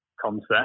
concept